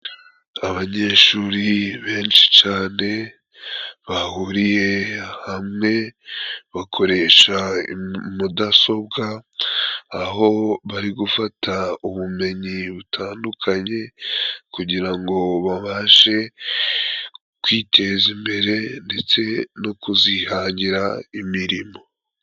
Abanyeshuri benshi cane bahuriye hamwe bakoresha mudasobwa, aho bari gufata ubumenyi butandukanye kugira ngo babashe kwiteza imbere ndetse no kuzihangira imirimo.